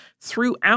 throughout